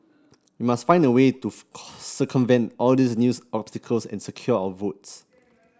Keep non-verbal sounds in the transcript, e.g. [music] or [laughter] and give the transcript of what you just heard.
we must find a way to [unintelligible] circumvent all these news obstacles and secure our votes